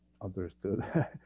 understood